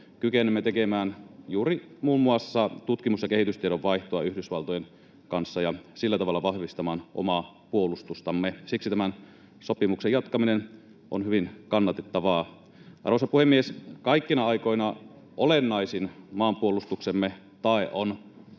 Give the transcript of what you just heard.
kykenemme tekemään muun muassa juuri tutkimus‑ ja kehitystiedon vaihtoa Yhdysvaltojen kanssa ja sillä tavalla vahvistamaan omaa puolustustamme. Siksi tämän sopimuksen jatkaminen on hyvin kannatettavaa. Arvoisa puhemies! Kaikkina aikoina olennaisin maanpuolustuksemme tae